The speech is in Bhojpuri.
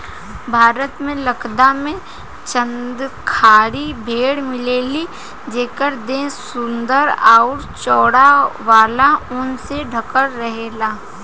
भारत के लद्दाख में चांगथांगी भेड़ मिलेली जेकर देह सुंदर अउरी चौड़ा वाला ऊन से ढकल रहेला